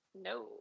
No